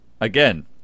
again